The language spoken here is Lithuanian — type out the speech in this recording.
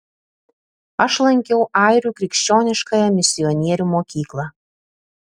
aš lankiau airių krikščioniškąją misionierių mokyklą